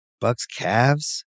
Bucks-Cavs